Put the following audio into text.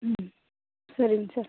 சரிங்க சார்